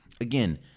Again